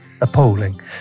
Appalling